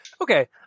Okay